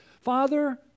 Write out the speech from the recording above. Father